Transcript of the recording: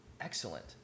excellent